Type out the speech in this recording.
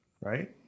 Right